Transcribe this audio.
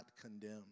condemned